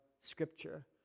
Scripture